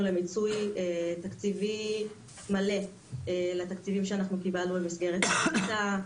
למיצוי תקציבי מלא לתקציבים שקיבלנו במסגרת ההחלטה,